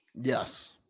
Yes